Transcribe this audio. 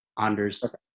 Anders